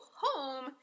home